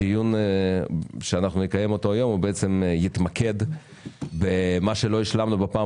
הדיון שנקיים היום בעצם יתמקד במה שלא השלמנו בפעם